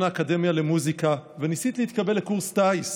האקדמיה למוזיקה וניסית להתקבל לקורס טיס,